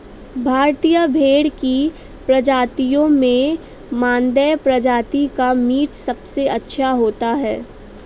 भारतीय भेड़ की प्रजातियों में मानदेय प्रजाति का मीट सबसे अच्छा होता है